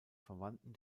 verwandten